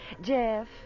Jeff